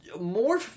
more